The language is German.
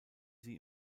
sie